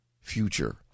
future